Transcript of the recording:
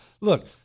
look